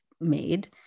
Made